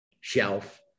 shelf